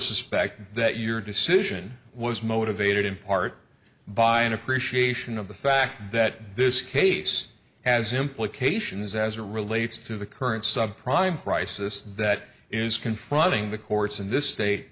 suspect that your decision was motivated in part by an appreciation of the fact that this case has implications as it relates to the current subprime crisis that is confronting the courts in this state